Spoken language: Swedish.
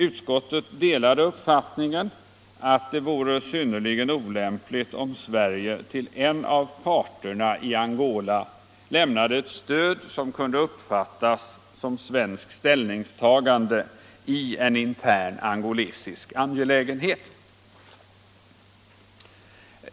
Utskottet delade uppfattningen att det vore synnerligen olämpligt om Sverige till en av parterna i Angola lämnade ett stöd som kunde uppfattas som svenskt ställningstagande i en intern angolesisk angelägenhet.